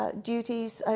ah duties.